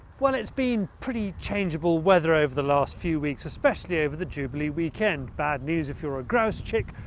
well it has been pretty changeable weather over the last few weeks. especially over the jubilee weekend. bad news if you are a grouse chick,